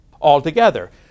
altogether